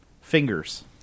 Fingers